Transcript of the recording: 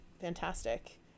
fantastic